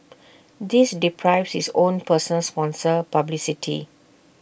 this deprives his own person sponsor publicity